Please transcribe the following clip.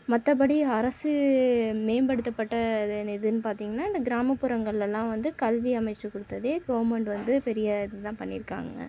மற்றபடி அரசு மேம்படுத்தப்பட்ட இது எதுன்னு பார்த்திங்னா இந்த கிராமப்புறங்கள் எல்லாம் வந்து கல்வி அமைத்து கொடுத்ததே கவர்ன்மெண்ட் வந்து பெரிய இதுதான் பண்ணியிருக்காங்க